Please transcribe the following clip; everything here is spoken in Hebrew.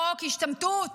חוק השתמטות